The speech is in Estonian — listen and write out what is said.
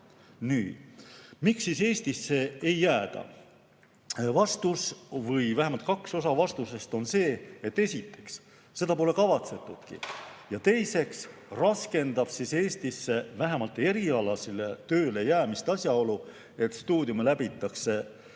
kata. Miks siis Eestisse ei jääda? Vastus või vähemalt osa vastusest on see, et esiteks, seda pole kavatsetudki, ja teiseks raskendab Eestisse vähemalt erialasele tööle jäämist asjaolu, et stuudium läbitakse